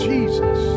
Jesus